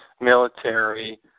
military